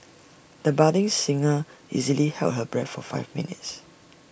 the budding singer easily held her breath for five minutes